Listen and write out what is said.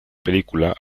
película